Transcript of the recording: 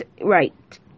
right